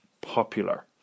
popular